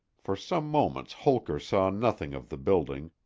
for some moments holker saw nothing of the building,